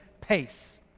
pace